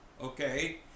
Okay